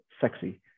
sexy